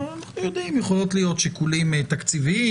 יכולים להיות שיקולים תקציביים,